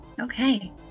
Okay